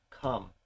come